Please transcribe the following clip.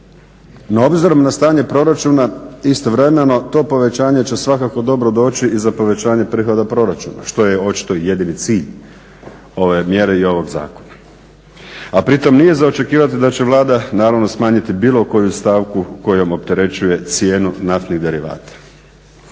No obzirom na stanje proračuna istovremeno to povećanje će svakako dobro doći i za povećanje prihoda proračuna što je očito jedini cilj ove mjere i ovog zakona a pritom nije za očekivati da će Vlada naravno smanjiti bilo koju stavku kojom opterećuje cijenu naftnih derivata.